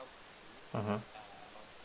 mmhmm